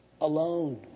alone